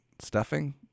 Stuffing